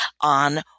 on